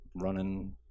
running